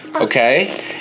Okay